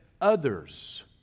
others